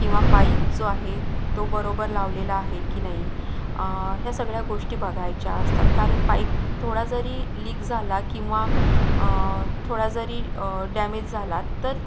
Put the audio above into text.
किंवा पाईप जो आहे तो बरोबर लावलेला आहे की नाही या सगळ्या गोष्टी बघायच्या असतात कारण पाईप थोडा जरी लीक झाला किंवा थोडा जरी डॅमेज झाला तर